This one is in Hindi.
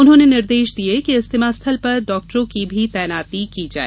उन्होने निर्देश दिये कि इज्तिमा स्थल पर डाक्टरों की भी तैनाती की जाए